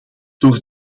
door